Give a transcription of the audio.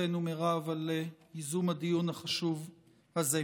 לחברתנו מירב על ייזום הדיון החשוב הזה.